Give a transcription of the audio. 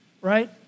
right